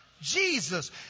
Jesus